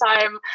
time